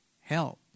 help